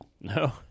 No